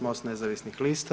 MOST nezavisnih lista.